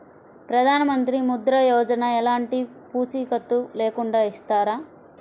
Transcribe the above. ప్రధానమంత్రి ముద్ర యోజన ఎలాంటి పూసికత్తు లేకుండా ఇస్తారా?